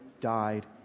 died